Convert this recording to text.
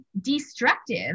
destructive